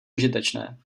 užitečné